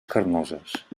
carnoses